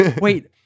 Wait